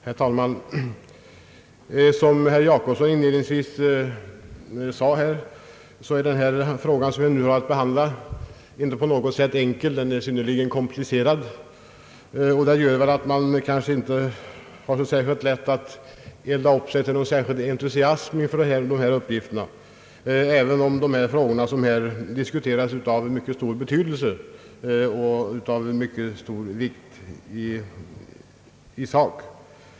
Herr talman! Som herr Jacobsson inledningsvis sade här är den fråga som vi har att behandla inte på något sätt enkel. Den är synnerligen komplicerad, och det gör väl att man inte har särskilt lätt att elda upp sig till någon entusiasm för dessa uppgifter, även om de frågor som här diskuteras har mycket stor betydelse i sak.